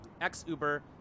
Ex-Uber